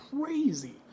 crazy